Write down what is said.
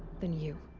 than you.